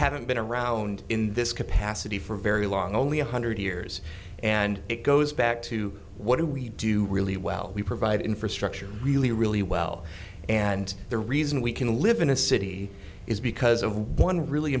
haven't been around in this capacity for very long only a hundred years and it goes back to what do we do really well we provide infrastructure really really well and the reason we can live in a city is because of one really